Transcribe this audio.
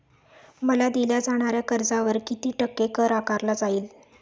मला दिल्या जाणाऱ्या कर्जावर किती टक्के कर आकारला जाईल?